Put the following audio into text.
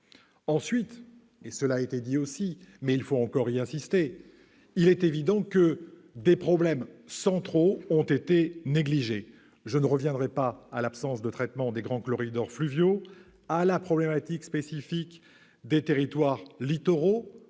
Ensuite, cela a été souligné, mais j'y insiste, il est évident que des problèmes essentiels ont été négligés. Je ne reviendrai pas sur l'absence de traitement des grands corridors fluviaux, ni sur la problématique spécifique des territoires littoraux,